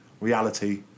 reality